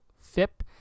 FIP